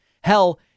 Hell